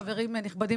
חברים נכבדים,